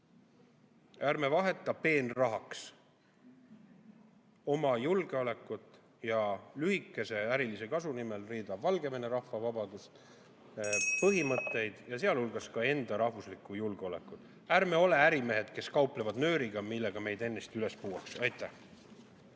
Ärme vaheta peenrahaks oma julgeolekut ja lühikese ärilise kasu nimel veel ka Valgevene rahva vabadust, põhimõtteid ja sealhulgas ka enda rahvuslikku julgeolekut. Ärme ole ärimehed, kes kauplevad nööriga, millega meid ennast üles puuakse.